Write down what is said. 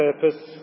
purpose